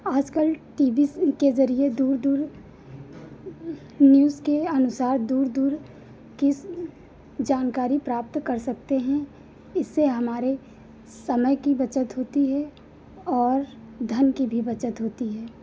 आजकल TV के ज़रिए दूर दूर न्यूज़ के अनुसार दूर दूर की जानकारी प्राप्त कर सकते हैं इससे हमारे समय की बचत होती है और धन की भी बचत होती है